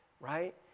right